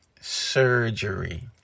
surgery